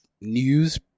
news